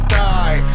die